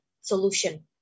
solution